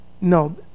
no